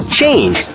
change